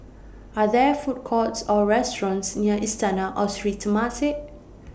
Are There Food Courts Or restaurants near Istana Or Sri Temasek